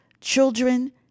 children